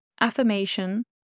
Affirmation